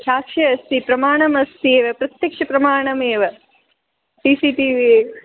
साक्षी अस्ति प्रमाणमस्ति एव प्रत्यक्षप्रमाणमेव सि सि टि वि